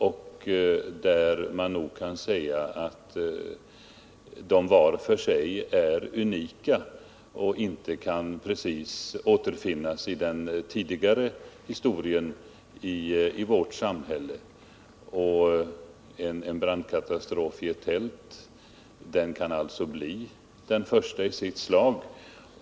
Om dem kan jag nog säga att de var för sig är unika och inte precis kan återfinnas i den tidigare historien i vårt samhälle. En brandkatastrof i ett tält kan alltså bli den första i sitt slag.